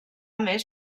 més